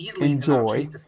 enjoy